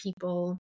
people